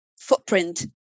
footprint